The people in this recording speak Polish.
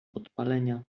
podpalenia